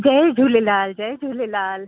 जय झूलेलाल जय झूलेलाल